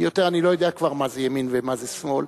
כי אני לא יודע כבר מה זה ימין ומה זה שמאל,